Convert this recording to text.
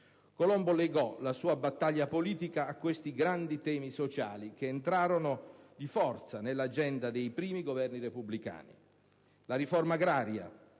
Colombo legò la sua battaglia politica a questi grandi temi sociali che entrarono di forza nell'agenda dei primi Governi repubblicani. La riforma agraria